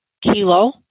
Kilo